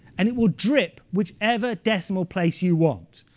and it will drip whichever decimal place you want.